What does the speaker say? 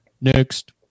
next